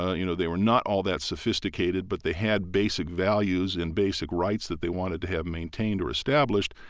you know. they were not all that sophisticated but they had basic values and basic rights that they wanted to have maintained or established.